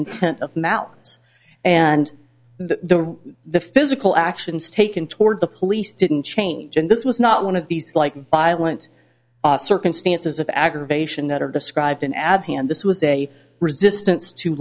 intent of mountains and the the physical actions taken toward the police didn't change and this was not one of these like violent circumstances of aggravation that are described in ab hand this was a resistance to